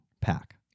pack